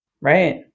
Right